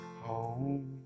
home